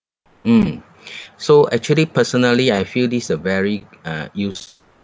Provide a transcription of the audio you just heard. mm so actually personally I feel this a very uh use~